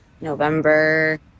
November